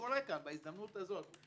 אם